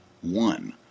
one